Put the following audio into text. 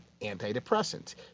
antidepressants